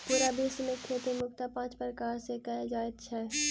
पूरा विश्व मे खेती मुख्यतः पाँच प्रकार सॅ कयल जाइत छै